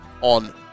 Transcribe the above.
on